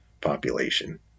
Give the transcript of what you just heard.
population